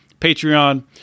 Patreon